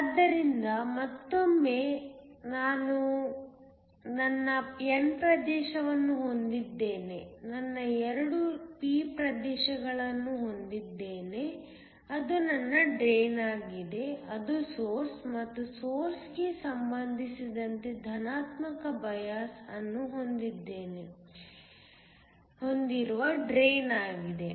ಆದ್ದರಿಂದ ಮತ್ತೊಮ್ಮೆ ನಾನು ನನ್ನ n ಪ್ರದೇಶವನ್ನು ಹೊಂದಿದ್ದೇನೆ ನನ್ನ 2 p ಪ್ರದೇಶಗಳನ್ನು ಹೊಂದಿದ್ದೇನೆ ಅದು ನನ್ನ ಡ್ರೈನ್ ಆಗಿದೆ ಅದು ಸೋರ್ಸ್ ಮತ್ತು ಸೋರ್ಸ್ ಗೆ ಸಂಬಂಧಿಸಿದಂತೆ ಧನಾತ್ಮಕ ಬಯಾಸ್ ಅನ್ನು ಹೊಂದಿರುವ ಡ್ರೈನ್ ಆಗಿದೆ